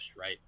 right